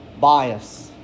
bias